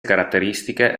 caratteristiche